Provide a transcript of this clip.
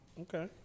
Okay